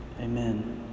Amen